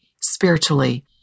spiritually